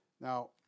now